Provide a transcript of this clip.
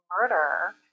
murder